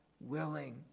willing